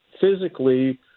physically